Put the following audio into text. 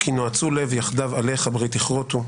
כי נועצו לב יחדיו, עליך, ברית יכרותו.